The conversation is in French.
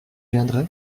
viendrai